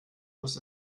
muss